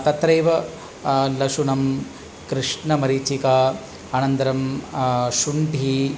तत्रैव लशुनं कृष्णमरीचिका अनन्तरं शुण्ठिः